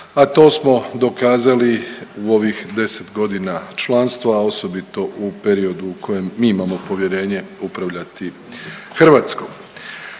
a to smo dokazali u ovih 10.g. članstva, a osobito u periodu u kojem mi imamo povjerenje upravljati Hrvatsku.